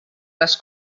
les